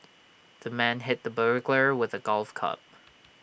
the man hit the burglar with A golf club